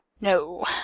no